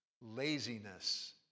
laziness